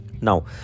Now